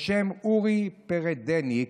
בשם אורי פרדניק,